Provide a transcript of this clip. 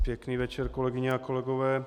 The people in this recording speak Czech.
Pěkný večer, kolegyně a kolegové.